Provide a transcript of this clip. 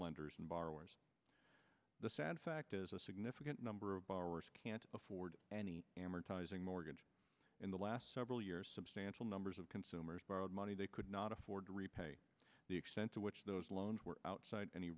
lenders and borrowers the sad fact is a significant number of ours can't afford any amortizing mortgage in the last several years substantial numbers of consumers borrowed money they could not afford to repay the extent to which those loans were outside any